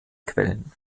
quellen